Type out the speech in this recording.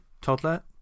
toddler